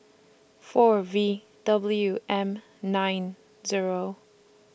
four V W M nine Zero